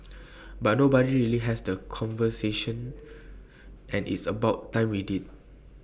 but nobody really has that conversation and it's about time we did